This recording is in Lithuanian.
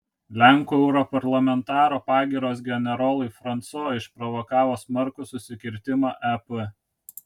lenkų europarlamentaro pagyros generolui franco išprovokavo smarkų susikirtimą ep